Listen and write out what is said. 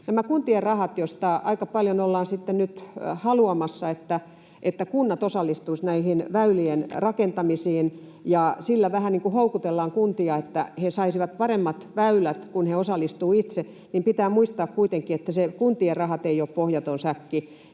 Nämä kuntien rahat: Kun aika paljon ollaan nyt haluamassa, että kunnat osallistuisivat väylien rakentamisiin, ja vähän niin kuin houkutellaan kuntia sillä, että he saisivat paremmat väylät, kun he osallistuvat itse, niin pitää muistaa kuitenkin, että kuntien rahat eivät ole pohjaton säkki.